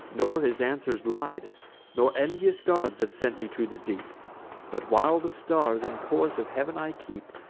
nor his answers lied nor envious gods have sent me to the deep but, while the stars and course of heav'n i keep,